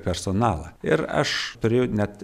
personalą ir aš turiu net